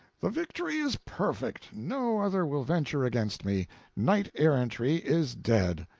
the victory is perfect no other will venture against me knight-errantry is dead.